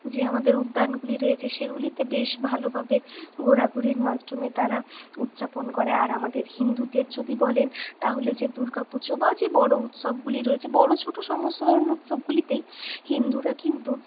যে আমাদের উদ্যানগুলি রয়েছে সেগুলিতে বেশ ভালোভাবে ঘোরাঘুরির মাধ্যমে তারা উদযাপন করে আর আমাদের হিন্দুদের যদি বলেন তাহলে যে দুর্গাপুজো বা যে বড়ো উৎসবগুলি রয়েছে বড়ো ছোটো সমস্ত ধরনের উৎসবগুলিতেই হিন্দুরা কিন্তু